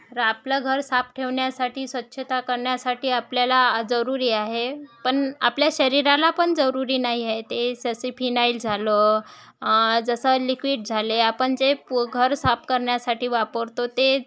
तर आपलं घर साफ ठेवण्यासाठी स्वच्छता करण्यासाठी आपल्याला जरूरी आहे पण आपल्या शरीराला पण जरुरी नाही आहे ते जसे फिनाइल झालं जसं लिक्विड झाले आपण जे पो घर साफ करण्यासाठी वापरतो ते